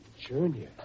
Junior